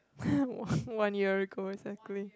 one one year ago exactly